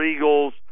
Eagles